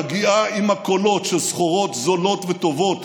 מגיעה עם מכולות של סחורות זולות וטובות